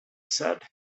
said